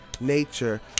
nature